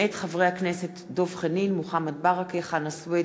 מאת חברי הכנסת דב חנין, מוחמד ברכה, חנא סוייד